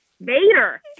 Vader